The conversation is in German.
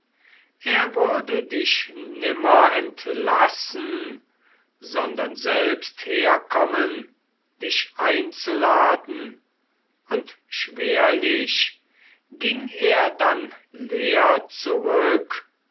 er würde dich nimmer entlassen sondern selbst herkommen dich einzuladen und schwerlich ging er dann leer zurück